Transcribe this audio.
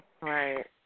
right